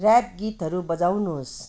rap गीतहरू बजाउनुहोस्